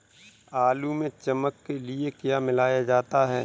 आलू में चमक के लिए क्या मिलाया जाता है?